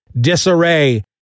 disarray